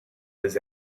his